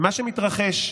ומה שמתרחש,